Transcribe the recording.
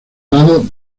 lados